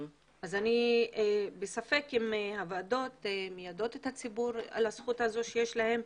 אני בספק אם הוועדות מיידעות את הציבור על הזכות הזו שיש לו.